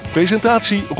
Presentatie